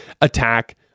attack